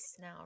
now